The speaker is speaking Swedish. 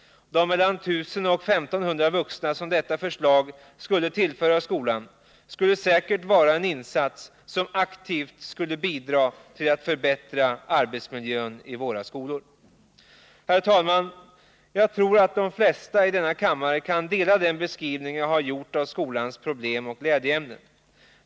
De mellan 1 000 och 1 500 vuxna, som man med detta förslag skulle tillföra skolan, skulle säkert aktivt bidra till att förbättra arbetsmiljön i våra skolor. Herr talman! Jag tror de flesta i denna kammare kan instämma i den beskrivning jag har givit av skolans problem och glädjeämnen.